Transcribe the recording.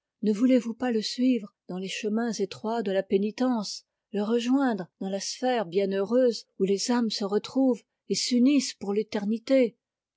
ne voulez-vous pas le suivre dans les chemins étroits de la pénitence le rejoindre dans la sphère bienheureuse où les âmes se retrouvent et s'unissent pour l'éternité